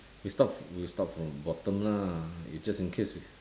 we start we start from bottom lah it's just in case